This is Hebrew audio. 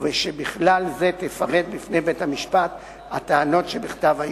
בשלב התשובה על האישום.